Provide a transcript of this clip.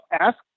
ask